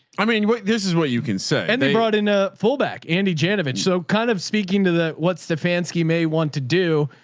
i mean, this is what you can say. and they brought in a fullback, andy jackson. and so kind of speaking to the what's the fancy may want to do,